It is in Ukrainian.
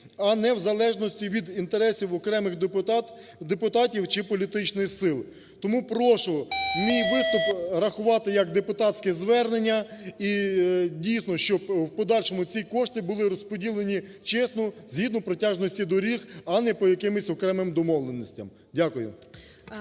а не в залежності від інтересів окремих депутатів чи політичних сил. Тому прошу мій виступ рахувати як депутатське звернення і, дійсно, щоб в подальшому ці кошти були розподілені чесно згідно протяжності доріг, а не по якимось окремим домовленостям. Дякую.